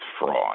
fraud